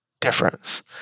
difference